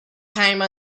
time